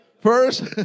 First